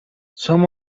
some